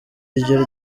ryo